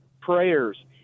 prayers